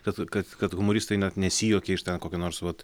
kad kad kad humoristai net nesijuokia iš ten kokio nors vat